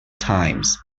times